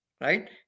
right